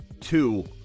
two